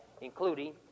including